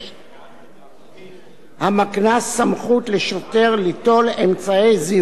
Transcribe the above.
המקנה סמכות לשוטר ליטול אמצעי זיהוי, תצלום,